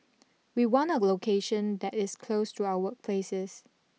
we want a location that is close to our workplaces